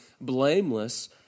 blameless